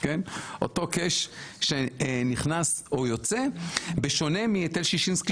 אותו cash שנכנס ויוצא בשונה מהיטל שישינסקי